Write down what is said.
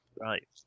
Right